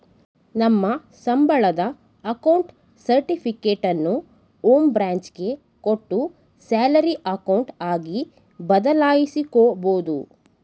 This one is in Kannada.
ನಮ್ಮ ಸಂಬಳದ ಅಕೌಂಟ್ ಸರ್ಟಿಫಿಕೇಟನ್ನು ಹೋಂ ಬ್ರಾಂಚ್ ಗೆ ಕೊಟ್ಟು ಸ್ಯಾಲರಿ ಅಕೌಂಟ್ ಆಗಿ ಬದಲಾಯಿಸಿಕೊಬೋದು